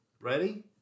Ready